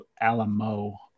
Alamo